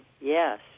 Yes